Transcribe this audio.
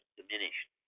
diminished